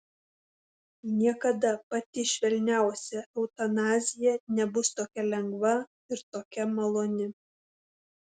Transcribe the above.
niekada pati švelniausia eutanazija nebus tokia lengva ir tokia maloni